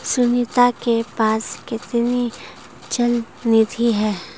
सुनीता के पास कितनी चल निधि है?